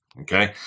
Okay